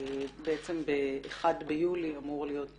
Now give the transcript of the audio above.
וב-4 ביולי אמור להיות